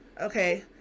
okay